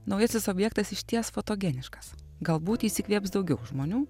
naujasis objektas išties fotogeniškas galbūt jis įkvėps daugiau žmonių